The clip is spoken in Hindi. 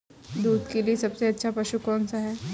दूध के लिए सबसे अच्छा पशु कौनसा है?